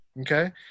Okay